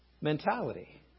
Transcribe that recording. mentality